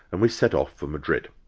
and we set off for madrid.